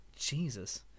Jesus